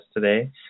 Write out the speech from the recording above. today